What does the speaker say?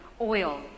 oil